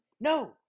No